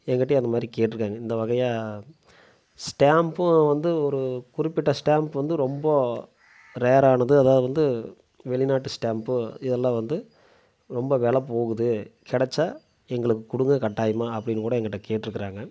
எங்கிட்டயும் அந்த மாதிரி கேட்டிருக்காங்க இந்த வகையான ஸ்டாம்ப்பும் வந்து ஒரு குறிப்பிட்ட ஸ்டாம்ப் வந்து ரொம்ப ரேரானது அதல்லாம் வந்து வெளிநாட்டு ஸ்டாம்ப்பு இதெல்லாம் வந்து ரொம்ப வெலை போகுது கெடைச்சா எங்களுக்கு கொடுங்க கட்டாயமாக அப்படின்னு கூட எங்கிட்ட கேட்டிருக்குறாங்க